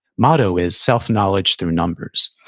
motto is self-knowledge through numbers.